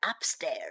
upstairs